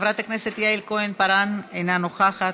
חברת הכנסת יעל כהן-פארן, אינה נוכחת,